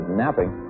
napping